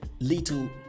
little